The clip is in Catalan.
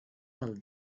del